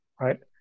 Right